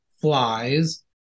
Flies